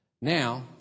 Now